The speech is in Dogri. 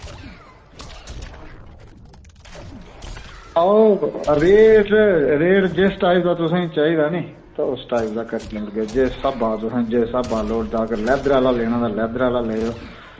आहो रेट रेट जिस टाईप दा तुसें चाहिदा नी उस टाईप दा करी देई ओड़गे जिस स्हाबै दा तुसें जिस स्हाबै दा तुसें लोड़दा लैदर आह्ला तुसें लैना ते दोबारा लेई लैयो